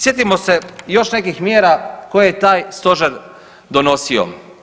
Sjetimo se još nekih mjera koje je taj Stožer donosio.